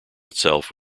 itself